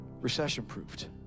Recession-proofed